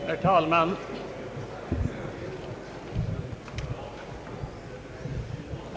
Herr talman!